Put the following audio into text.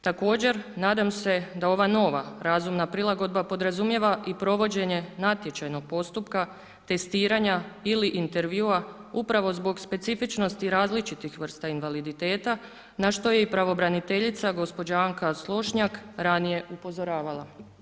Također, nadam se da ova nova razumna prilagodba podrazumijeva i provođenje natječajnog postupka testiranja ili intervjua upravo zbog specifičnosti i različitih vrsta invaliditeta na što je i pravobraniteljica gospođa Anka Slošnjak ranije upozoravala.